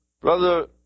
Brother